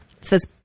says